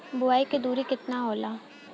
बुआई के दुरी केतना होला?